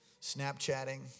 Snapchatting